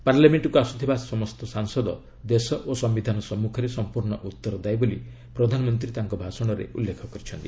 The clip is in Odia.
ପାର୍ଲାମେଣ୍ଟକୁ ଆସୁଥିବା ସମସ୍ତ ସାଂସଦ ଦେଶ ଓ ସମ୍ଭିଧାନ ସମ୍ମୁଖରେ ସମ୍ପର୍ଷ ଉତ୍ତରଦାୟୀ ବୋଲି ପ୍ରଧାନମନ୍ତ୍ରୀ ତାଙ୍କ ଭାଷଣରେ ଉଲ୍ଲେଖ କରିଛନ୍ତି